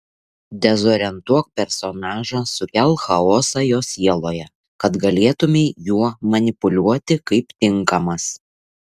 dezorientuok personažą sukelk chaosą jo sieloje kad galėtumei juo manipuliuoti kaip tinkamas